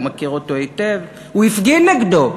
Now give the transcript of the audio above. הוא מכיר אותו היטב, הוא הפגין נגדו,